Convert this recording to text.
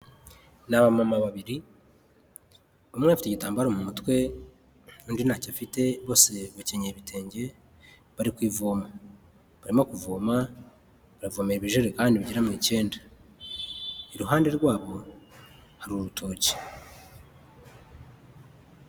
Ni abamama babiri, umwe afite igitambaro mu mutwe, undi ntacyo afite, bose bakenye ibitenge bari kuvoma, barimo kuvoma biravomera ibijerekani bigera mu ikenda, iruhande rwabo hari urutoki.